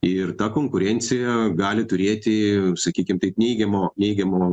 ir ta konkurencija gali turėti sakykim neigiamo neigiamo